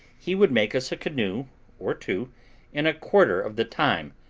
he would make us a canoe or two in a quarter of the time,